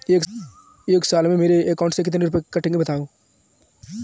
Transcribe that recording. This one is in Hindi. एक साल में मेरे अकाउंट से कितने रुपये कटेंगे बताएँ?